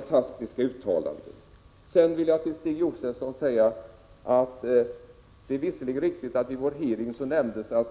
Till Stig Josefson vill jag säga att det visserligen är riktigt att det vid en av våra hearings nämndes från